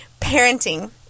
Parenting